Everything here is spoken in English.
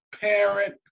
parent